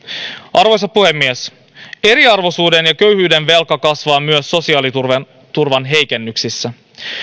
arvoisa puhemies eriarvoisuuden ja köyhyyden velka kasvaa myös sosiaaliturvan heikennyksissä